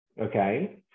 okay